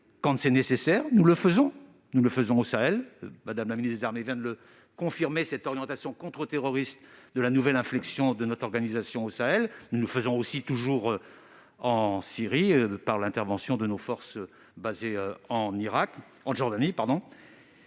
quand c'est nécessaire. Nous le faisons au Sahel, et Mme la ministre des armées vient de confirmer cette orientation contre-terroriste de l'inflexion de notre organisation au Sahel. Nous le faisons aussi toujours en Syrie, par l'intervention de nos forces basées en Jordanie.